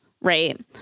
Right